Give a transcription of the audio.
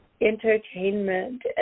entertainment